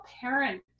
parent